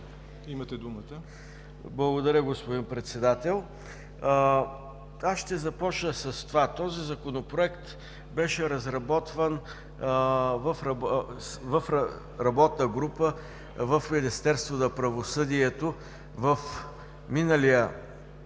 КИРИЛОВ: Благодаря, господин Председател. Аз ще започна с това, че този Законопроект беше разработван в работна група в Министерство на правосъдието в миналия